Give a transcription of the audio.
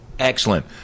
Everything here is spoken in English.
Excellent